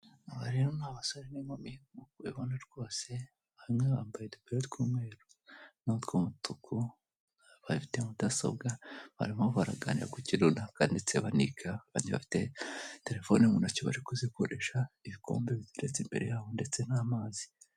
Aba rero ni abasore n'inkumi nkuko ubibona rwose bamwe bambaye udupira tw'umweru n'utwumutuku bafite mudasobwa, barimo baraganira ku kintu runaka ndetse baniga, bagiye bafite telefoni mu ntoki bari kuzikoresha, ibikombe biteretse imbere yabo ndetse n'amazi.